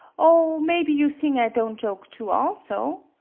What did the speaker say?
oh, mebby you thing i don' joke too, also?